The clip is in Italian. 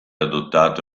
adottate